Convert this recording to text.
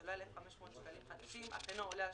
עולה על 1,500 שקלים חדשים אך אינו עולה על